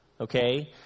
okay